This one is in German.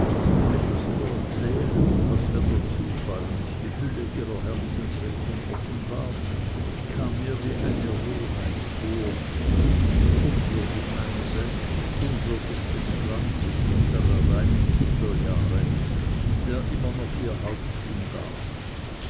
etwas zu erzählen was mir der zufall und die fülle ihrer herzensregung offenbart kam mir wie eine roheit vor unwürdig meiner selbst unwürdig des glanzes unserer reinen kinderjahre der immer noch ihr haupt umgab